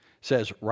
says